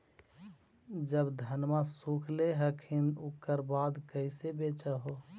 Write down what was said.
जब धनमा सुख ले हखिन उकर बाद कैसे बेच हो?